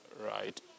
Right